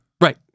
Right